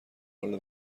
حال